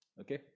okay